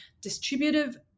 distributive